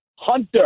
Hunter